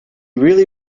really